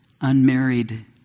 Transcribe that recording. unmarried